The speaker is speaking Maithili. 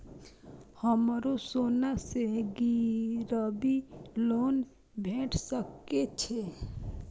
हमरो सोना से गिरबी लोन भेट सके छे?